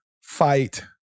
fight